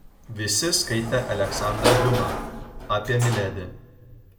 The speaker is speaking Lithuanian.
visi skaitė aleksandrą diuma apie miledi